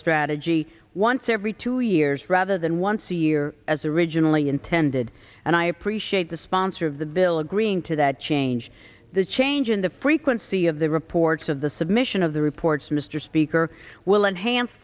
strategy once every two years rather than once a year as originally intended and i appreciate the sponsor of the bill agreeing to that change the change in the frequency of the reports of the submission of the reports mr speaker will enhance